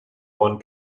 one